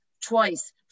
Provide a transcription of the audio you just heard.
twice